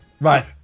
Right